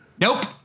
Nope